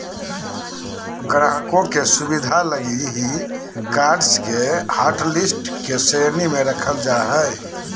ग्राहकों के सुविधा लगी ही कार्ड्स के हाटलिस्ट के श्रेणी में रखल जा हइ